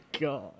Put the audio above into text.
God